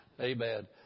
Amen